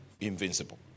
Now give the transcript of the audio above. Invincible